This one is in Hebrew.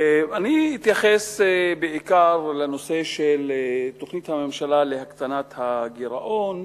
אני אתייחס בעיקר לנושא של תוכנית הממשלה להקטנת הגירעון,